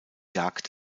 jagd